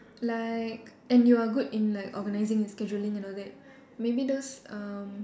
like and you are good in like organising and scheduling and all that maybe those um